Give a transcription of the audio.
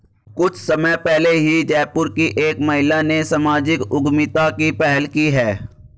कुछ समय पहले ही जयपुर की एक महिला ने सामाजिक उद्यमिता की पहल की है